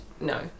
No